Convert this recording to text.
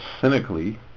cynically